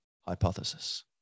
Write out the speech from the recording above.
hypothesis